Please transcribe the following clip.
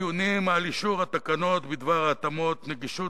הדיונים על אישור התקנות בדבר התאמות נגישות